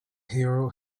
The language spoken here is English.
hill